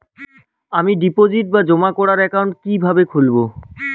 আমি ডিপোজিট বা জমা করার একাউন্ট কি কিভাবে খুলবো?